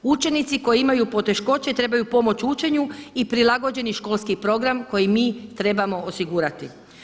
Učenici koji imaju poteškoće trebaju pomoć u učenju i prilagođeni školski program koji mi trebamo osigurati.